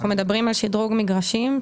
אנחנו מדברים על שדרוג מגרשים,